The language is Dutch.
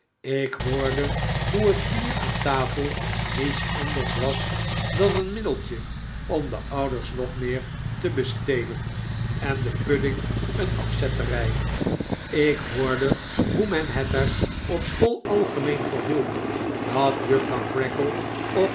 ik hoorde hoe het bier aan tafel niets anders was dan een middeltje om de ouders nog meer te bestelen en de pudding een afzetterij ik hoorde hoe men het er op school algemeen voor hield dat juffrouw creakle op